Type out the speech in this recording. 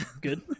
good